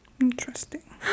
Interesting